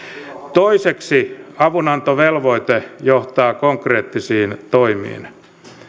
toiseksi avunantovelvoite johtaa konkreettisiin toimiin